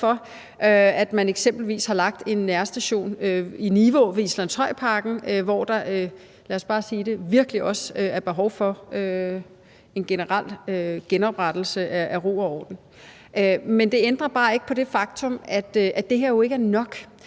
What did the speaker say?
har lagt en nærstation i Nivå ved Islandshøjparken, hvor der, lad os bare sige det, virkelig også er behov for en generel genoprettelse af ro og orden. Men det ændrer bare ikke på det faktum, at det her jo ikke er nok.